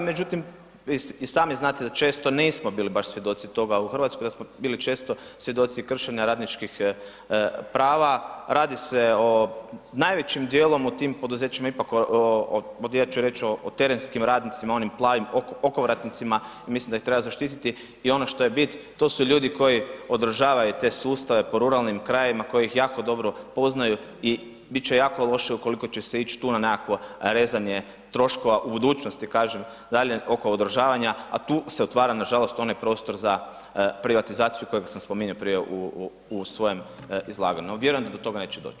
Međutim, vi i sami znate da često nismo bili baš svjedoci toga u RH, da smo bili često svjedoci kršenja radničkih prava, radi se o najvećim dijelom u tim poduzećima ipak o ovdje ću reć o terenskim radnicima, onim plavim okovratnicima i mislim da ih treba zaštititi i ono što je bit to su ljudi koji održavaju te sustave po ruralnim krajevima kojih jako dobro poznaju i bit će jako loše ukoliko će se ić tu na nekakvo rezanje troškova u budućnosti, kažem dalje oko održavanja, a tu se otvara nažalost onaj prostor za privatizaciju kojeg sam spominjao prije u svojem izlaganju, vjerujem da do toga neće doć, hvala.